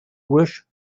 wish